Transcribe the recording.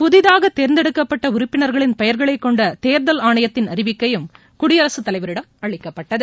புதிதாக தேர்ந்தெடுக்கப்பட்ட உறுப்பினர்களின் பெயர்களை கொண்ட தேர்தல் ஆணையத்தின் அறிவிக்கையும் குடியரசுத் தலைவரிடம் அளிக்கப்பட்டது